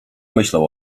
myślał